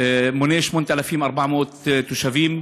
מונה 8,400 תושבים,